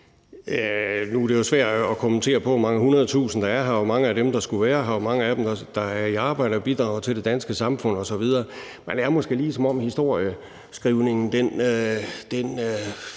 Nu er det jo svært at kommentere på, hvor mange hundredtusinder der er her, og hvor mange af dem der skulle være her, og hvor mange af dem der er i arbejde og bidrager til det danske samfund osv. Men det er måske, som om historieskrivningen